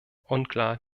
unklar